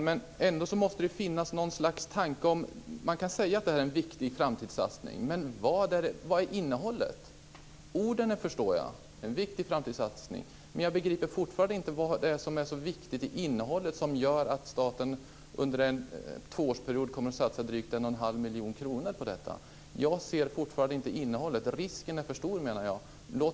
Fru talman! Ändå måste det finnas något slags tanke bakom. Man kan säga att det här är en viktig framtidssatsning, men vad är innehållet? Orden förstår jag, en viktig framtidssatsning, men jag begriper fortfarande inte vad det är som är så viktigt i innehållet som gör att staten under en tvåårsperiod kommer att satsa drygt 11⁄2 miljon kronor på detta. Jag ser fortfarande inte innehållet. Risken är för stor, menar jag.